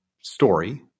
story